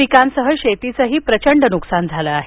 पिकांसह शेतीचंही प्रचंड नुकसान झालं आहे